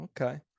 Okay